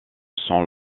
son